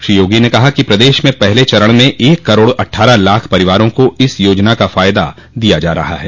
श्री योगी ने कहा कि प्रदेश में पहल चरण में एक करोड़ अट्ठारह लाख परिवारों को इस योजना का फायदा दिया जा रहा है